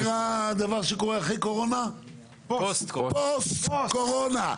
אחרי קורונה יש פוסט קורונה.